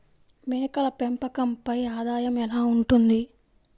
మేకల పెంపకంపై ఆదాయం ఎలా ఉంటుంది?